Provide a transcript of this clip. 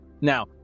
Now